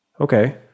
okay